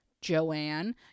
Joanne